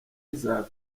isaac